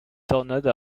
tornade